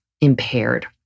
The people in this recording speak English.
impaired